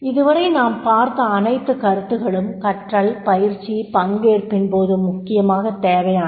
இதுவரை நாம் பார்த்த அனைத்து கருத்துக்களும் கற்றல் பயிற்சி பங்கேற்பின்போது முக்கியமாகத் தேவையானவை